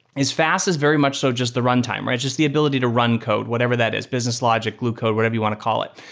is faas is very much so just the runtime, right? just the ability to run code, whatever that is, business logic, glue code, whatever you want to call it.